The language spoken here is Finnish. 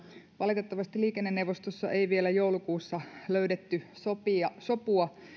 valitettavasti liikenneneuvostossa ei vielä joulukuussa löydetty sopua